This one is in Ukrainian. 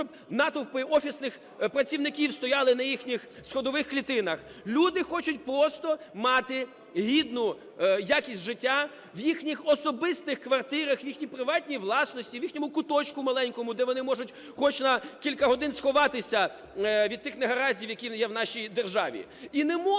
щоб натовпи офісних працівників стояли на їхніх сходових клітинах. Люди хочуть просто мати гідну якість життя в їхніх особистих квартирах, в їхній приватній власності, в їхньому куточку маленькому, де вони можуть хоч на кілька годин сховатися від тих негараздів, які є в нашій державі. І не можна